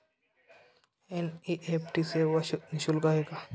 NEFT सेवा निःशुल्क आहे का?